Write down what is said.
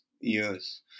years